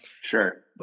Sure